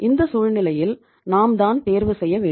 இந்த சூழ்நிலையில் நாம் தான் தேர்வு செய்ய வேண்டும்